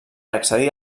accedir